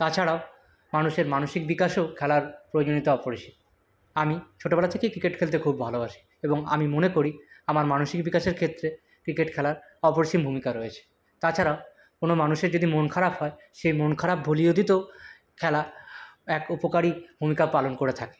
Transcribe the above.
তা ছাড়াও মানুষের মানসিক বিকাশেও খেলার প্রয়োজনীয়তা অপরিসীম আমি ছেলেবেলা থেকেই ক্রিকেট খেলতে ভালোবাসি এবং আমি মনে করি আমার মানসিক বিকাশের ক্ষেত্রে ক্রিকেট খেলার অপরিসিম ভূমিকা রয়েছে তাছাড়াও কোনো মানুষের যদি মন খারাপ হয় সেই মন খারাপ ভুলিয়ে দিতেও খেলা এক উপকারী ভূমিকা পালন করে থাকে